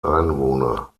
einwohner